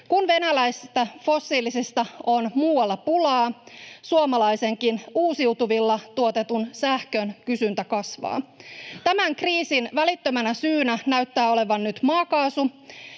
Kun venäläisestä fossiilisesta on muualla pulaa, suomalaisenkin uusiutuvilla tuotetun sähkön kysyntä kasvaa. Tämän kriisin välittömänä syynä näyttää olevan nyt maakaasu,